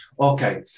Okay